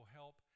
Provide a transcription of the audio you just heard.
help